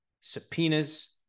subpoenas